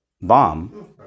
bomb